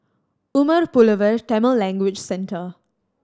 Umar Pulavar Tamil Language Centre